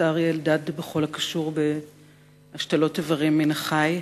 אריה אלדד בכל הקשור בהשתלות איברים מן החי.